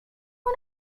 ona